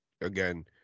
again